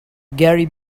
gary